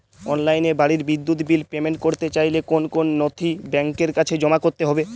অনলাইনে বাড়ির বিদ্যুৎ বিল পেমেন্ট করতে চাইলে কোন কোন নথি ব্যাংকের কাছে জমা করতে হবে?